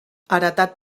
heretat